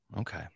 Okay